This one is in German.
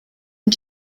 und